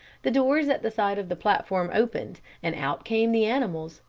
the doors at the side of the platform opened, and out came the animals,